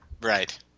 Right